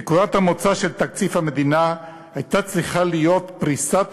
נקודת המוצא של תקציב המדינה הייתה צריכה להיות פריסת